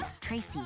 Tracy